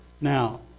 now